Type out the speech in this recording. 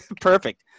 perfect